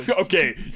Okay